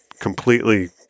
completely